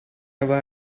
never